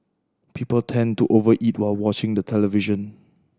people tend to over eat while watching the television